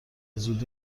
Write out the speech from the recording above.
زودی